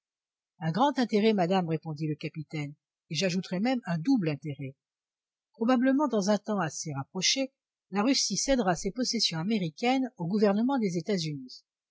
un grand intérêt madame répondit le capitaine et j'ajouterai même un double intérêt probablement dans un temps assez rapproché la russie cédera ses possessions américaines au gouvernement des etats-unis